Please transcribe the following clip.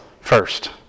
first